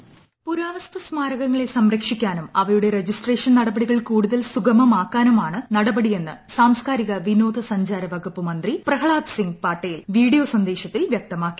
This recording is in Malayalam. വോയിസ് പുരാവസ്തു സ്മാരകങ്ങളെ സംരക്ഷിക്കാനും അവയുടെ രജിസ്ട്രേഷൻ നടപടികൾ കൂടുതൽ സുഗമമാക്കാനും ആണ് നടപടിയെന്ന് സാംസ്കാരിക വിനോദ സഞ്ചാര വകുപ്പ് മന്ത്രി പ്രഹ്ലാദ് സിംഗ് പട്ടേൽ വീഡിയോ സന്ദേശത്തിൽ വൃക്തമാക്കി